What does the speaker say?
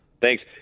thanks